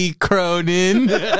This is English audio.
Cronin